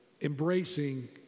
embracing